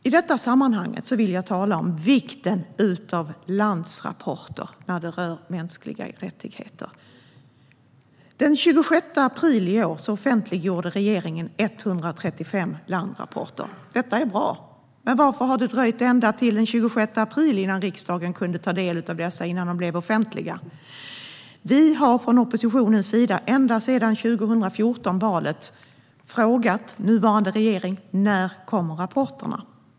I detta sammanhang vill jag tala om vikten av landrapporter när det gäller mänskliga rättigheter. Den 26 april i år offentliggjorde regeringen 135 landrapporter. Detta är bra. Men varför har det dröjt ända till den 26 april innan riksdagen kunde ta del av dessa och innan de blev offentliga? Vi har från oppositionens sida ända sedan valet 2014 frågat nuvarande regering: När kommer rapporterna?